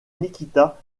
nikita